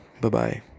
Bye-bye